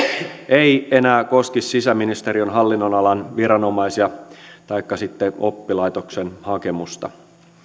ei enää koskisi sisäministeriön hallinnonalan viranomaisia taikka sitten oppilaitoksen hakemusta